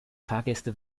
fahrgäste